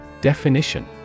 Definition